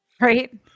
Right